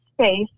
space